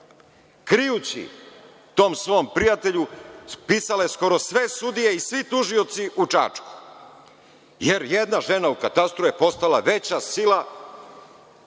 krijući tom svom prijatelju, pisala je skoro sve sudije i svi tužioci u Čačku, jer jedna žena u katastru je postala veća sila.